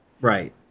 Right